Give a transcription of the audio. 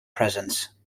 presence